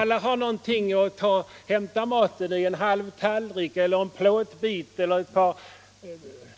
Alla har med sig någonting att hämta maten i: en halv tallrik eller en plåtbit eller ett par